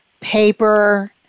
paper